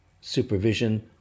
supervision